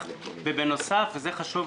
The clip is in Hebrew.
לביטחון פנים להכריז על אירוע שכזה?